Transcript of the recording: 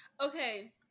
Okay